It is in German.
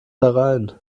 herein